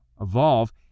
evolve